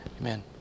Amen